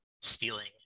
stealing